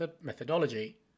methodology